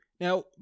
Now